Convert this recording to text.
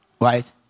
Right